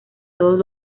todos